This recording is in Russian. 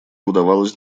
удавалось